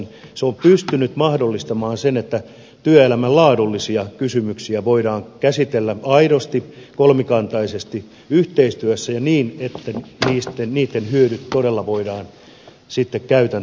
se on pystynyt mahdollistamaan sen että työelämän laadullisia kysymyksiä voidaan käsitellä aidosti kolmikantaisesti yhteistyössä ja niin että niitten hyödyt todella voidaan käytäntöön ottaa